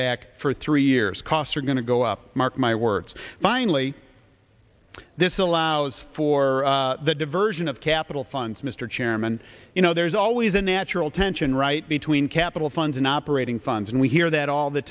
back for three years costs are going to go up mark my words finally this allows for the diversion of capital funds mr chairman you know there's always a natural tension right between capital funds and operating funds and we hear that all the